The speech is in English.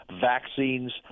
vaccines